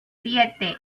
siete